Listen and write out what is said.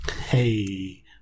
Hey